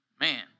Man